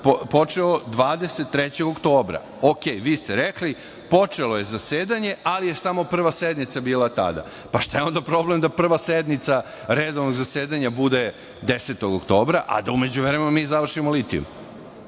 počeo 23. oktobra. Okej. Vi ste rekli – počelo je zasedanje, ali je samo prva sednica bila tada. Pa šta je onda problem da Prva sednica redovnog zasedanja bude 10. oktobra, a da u međuvremenu mi završimo litijum?